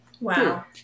wow